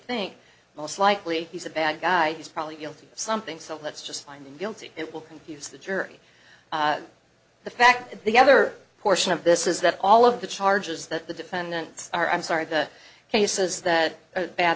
think most likely he's a bad guy he's probably guilty of something so let's just find the guilty it will confuse the jury the fact the other portion of this is that all of the charges that the defendants are i'm sorry the cases that bad